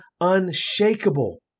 unshakable